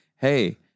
Hey